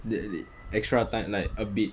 th~ th~ extra time like a bit